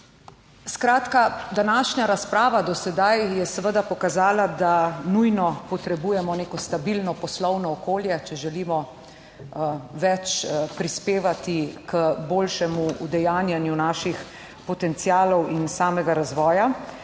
Skratka, današnja razprava do sedaj je seveda pokazala, da nujno potrebujemo neko stabilno poslovno okolje, če želimo več prispevati k boljšemu udejanjanju naših potencialov in samega razvoja.